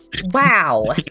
wow